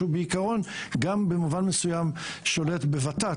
שהוא בעיקרון גם במובן מסוים שולט בוות"ת,